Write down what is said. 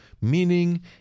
Meaning